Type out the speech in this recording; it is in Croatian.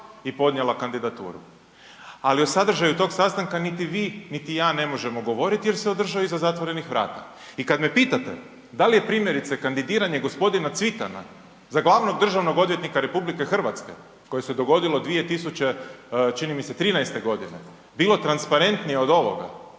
i podnijela kandidaturu. Ali, o sadržaju tog sastanka niti vi niti ja ne možemo govoriti jer se održao iza zatvorenih vrata i kad me pitate da li je, primjerice, kandidiranje g. Cvitana za glavnog državnog odvjetnika RH koji se dogodio 2000, čini mi se 13. godine, bilo transparentnije od ovoga,